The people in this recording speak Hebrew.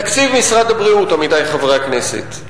תקציב משרד הבריאות, עמיתי חברי הכנסת.